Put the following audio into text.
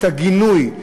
את הגינוי.